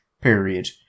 period